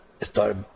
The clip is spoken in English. start